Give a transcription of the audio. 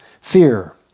Fear